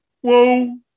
whoa